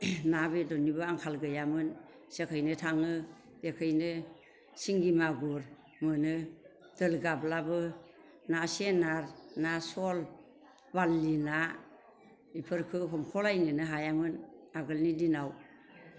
ना बेदरनिबो आंखाल गैयामोन जेखैनो थाङो एखैनो सिंगि मागुर मोनो दोरगाब्लाबो ना सें आरो ना सल बारलि ना बिफोरखो हमख'लायनोनो हायामोन आगोलनि दिनाव